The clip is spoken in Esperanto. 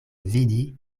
vidi